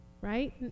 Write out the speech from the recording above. right